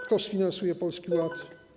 Kto sfinansuje Polski Ład?